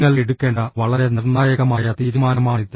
നിങ്ങൾ എടുക്കേണ്ട വളരെ നിർണായകമായ തീരുമാനമാണിത്